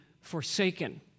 forsaken